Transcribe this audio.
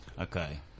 Okay